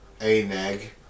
A-neg